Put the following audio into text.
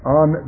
on